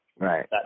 Right